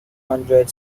hundred